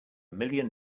million